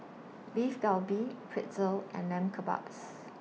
Beef Galbi Pretzel and Lamb Kebabs